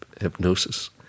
hypnosis